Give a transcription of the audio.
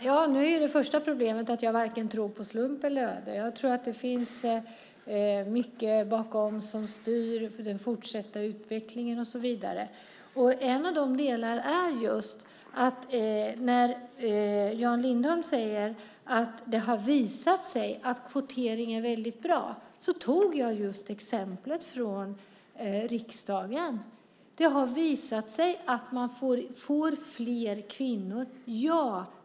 Herr talman! Det första problemet är att jag tror på varken slump eller öde. Jag tror att det finns mycket bakom som styr den fortsatta utvecklingen och så vidare. Jan Lindholm säger att det har visat sig att kvotering är bra. Jag tog upp exemplet just från riksdagen. Det har visat sig att man får fler kvinnor - ja.